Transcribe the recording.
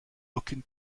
aucune